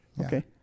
Okay